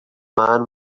man